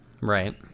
Right